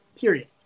period